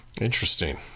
Interesting